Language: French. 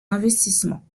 investissements